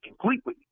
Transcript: completely